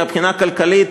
מהבחינה הכלכלית,